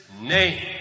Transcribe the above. name